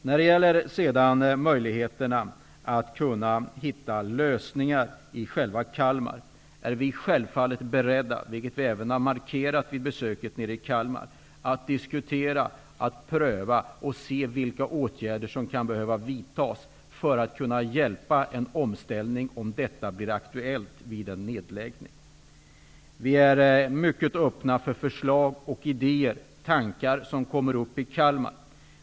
När det sedan gäller möjligheterna att hitta lösningar i just Kalmar är vi självfallet beredda, och det har vi även markerat vid besöket nere i Kalmar, att diskutera, pröva och undersöka vilka åtgärder som kan behöva vidtas för att det skall gå att hjälpa till vid en omställning om en sådan blir aktuell vid en nedläggning. Vi är mycket öppna för förslag, idéer och tankar som dyker upp i Kalmar.